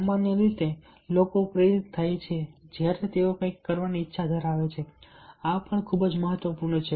સામાન્ય રીતે લોકો પ્રેરિત થાય છે જ્યારે તેઓ કંઈક કરવાની ઇચ્છા ધરાવે છે આ પણ ખૂબ જ મહત્વપૂર્ણ છે